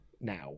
now